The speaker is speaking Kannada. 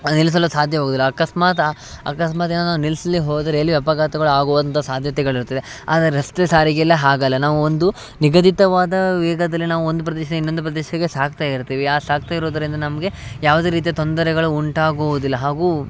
ನಿಲ್ಲಿಸಲು ಸಾಧ್ಯವಾಗುವುದಿಲ್ಲ ಅಕಸ್ಮಾತ್ ಆ ಅಕಸ್ಮಾತ್ ಏನಾದ್ರೂ ನಿಲ್ಸ್ಲಿ ಹೋದರೆ ರೈಲ್ವೆ ಅಪಘಾತಗಳು ಆಗುವಂಥ ಸಾಧ್ಯತೆಗಳಿರುತ್ತದೆ ಆದರೆ ರಸ್ತೆ ಸಾರಿಗೆ ಎಲ್ಲ ಹಾಗಲ್ಲ ನಾವು ಒಂದು ನಿಗದಿತವಾದ ವೇಗದಲ್ಲಿ ನಾವು ಒಂದು ಪ್ರದೇಶದ ಇನ್ನೊಂದು ಪ್ರದೇಶಕ್ಕೆ ಸಾಗ್ತಾ ಇರ್ತೀವಿ ಆ ಸಾಗ್ತಾ ಇರೋದರಿಂದ ನಮಗೆ ಯಾವುದೇ ರೀತಿಯ ತೊಂದರೆಗಳು ಉಂಟಾಗುವುದಿಲ್ಲ ಹಾಗೂ